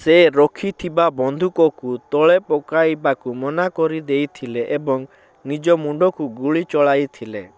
ସେ ରଖିଥିବା ବନ୍ଧୁକକୁ ତଳେ ପକାଇବାକୁ ମନା କରିଦେଇଥିଲେ ଏବଂ ନିଜ ମୁଣ୍ଡକୁ ଗୁଳି ଚଳାଇଥିଲେ